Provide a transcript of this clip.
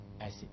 acid